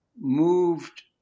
moved